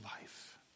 life